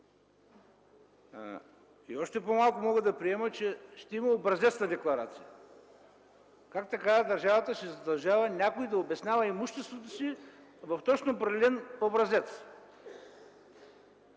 Още по-малко мога да приема, че ще има образец на декларация. Как така държавата ще задължава някой да обяснява имуществото си в точно определен образец?